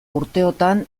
urteotan